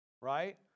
right